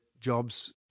jobs